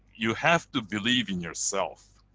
you have to believe in yourself.